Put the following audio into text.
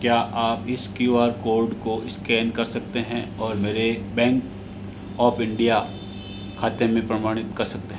क्या आप इस क्यू आर कोड को स्कैन कर सकते हैं और मेरे बैंक ऑफ़ इंडिया खाते में प्रमाणित कर सकते हैं